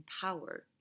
power